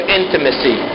intimacy